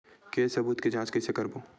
के सबूत के जांच कइसे करबो?